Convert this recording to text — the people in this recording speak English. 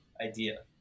idea